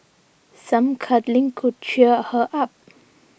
some cuddling could cheer her up